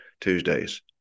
Tuesdays